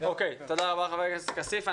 תודה רבה, חבר הכנסת כסיף.